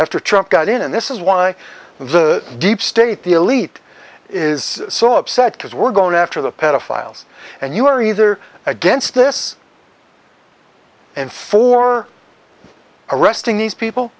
after a truck got in and this is why the deep state the elite is so upset because we're going after the pedophiles and you are either against this and for arresting these people